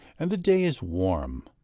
and the day is warm,